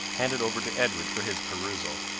handed over to edward for his perusal.